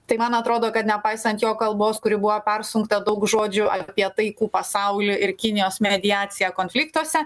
tai man atrodo kad nepaisant jo kalbos kuri buvo persunkta daug žodžių apie taikų pasaulį ir kinijos mediaciją konfliktuose